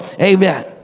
Amen